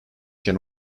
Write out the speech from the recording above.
can